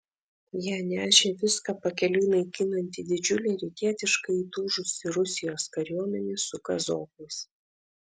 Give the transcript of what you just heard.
ją nešė viską pakeliui naikinanti didžiulė rytietiškai įtūžusi rusijos kariuomenė su kazokais